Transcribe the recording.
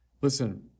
listen